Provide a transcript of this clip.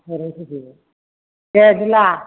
बेरायफैदो दे बिदिब्ला